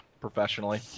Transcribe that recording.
professionally